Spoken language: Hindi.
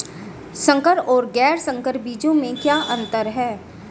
संकर और गैर संकर बीजों में क्या अंतर है?